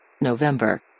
november